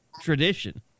tradition